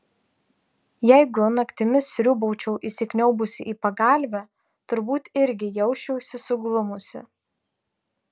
jeigu naktimis sriūbaučiau įsikniaubusi į pagalvę turbūt irgi jausčiausi suglumusi